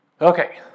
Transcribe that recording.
Okay